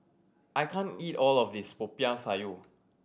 I can't eat all of this Popiah Sayur